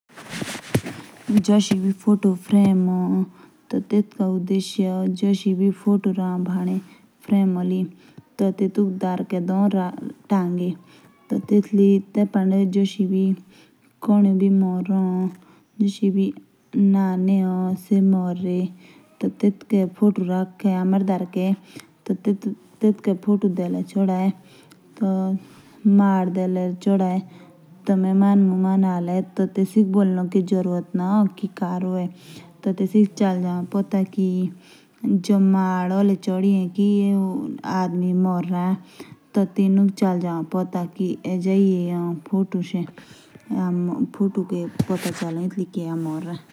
एबी जो photo frame है। सेई टेटका उदेशिये है। जेश इबी फोटो रह बदाये। टी टेटुक डार्के राह तांगे। तेतु पांडे माला डी कहाड़े। ताकी महमान स्मझे पीला।